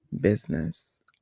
business